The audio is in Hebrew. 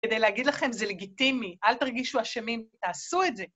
כדי להגיד לכם זה לגיטימי, אל תרגישו אשמים, תעשו את זה.